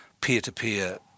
peer-to-peer